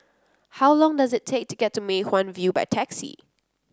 how long does it take to get to Mei Hwan View by taxi